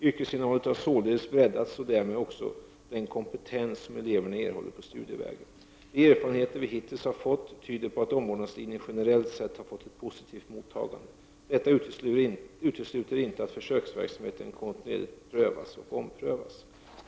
Yrkesinnehållet har således breddats och därmed också den kompetens som eleverna erhåller på studievägen. De erfarenheter vi hittills har fått tyder på att omvårdnadslinjen generellt sett har fått ett positivt mottagande. Detta utesluter inte att försöksverksamheten kontinuerligt prövas och omprövas.